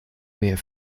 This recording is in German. mehr